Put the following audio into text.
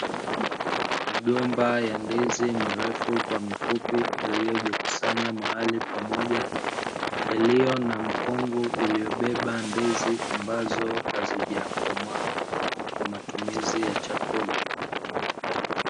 Migomba ya ndizi mirefu kwa mifupi iliyojikusanya mahali pamoja, iliyo na mkungu uliobeba ndizi ambazo hazijakomaa kwa matumizi ya chakula.